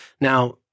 Now